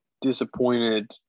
disappointed –